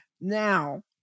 Now